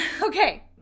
Okay